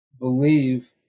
believe